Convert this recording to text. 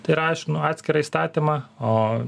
tai ir aiškinu atskirą įstatymą o